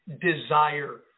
desire